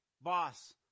boss